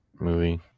movie